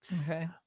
Okay